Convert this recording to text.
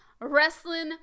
Wrestling